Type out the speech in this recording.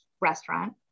restaurant